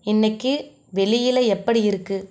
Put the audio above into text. இன்னைக்கு வெளியில் எப்படி இருக்கு